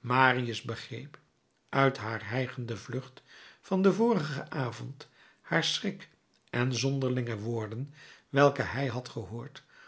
marius begreep uit haar hijgende vlucht van den vorigen avond haar schrik en de zonderlinge woorden welke hij had gehoord